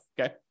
okay